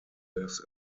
this